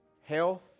Health